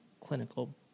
clinical